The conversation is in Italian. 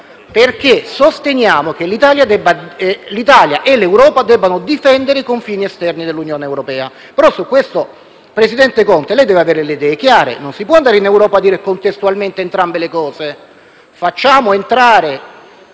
perché sosteniamo che l'Italia e l'Europa debbano difendere i confini esterni dell'Unione europea. Ebbene, su questo, presidente Conte, lei deve avere le idee chiare. Non si può andare in Europa a dire contestualmente entrambe le cose. Facciamo entrare